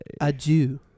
adieu